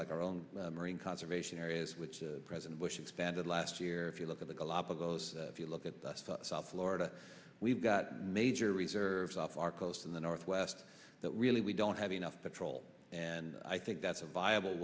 like our own marine conservation areas which president bush expanded last year if you look at the galapagos if you look at the south florida we've got major reserves off our coast in the northwest that really we don't have enough petrol and i think that's a viable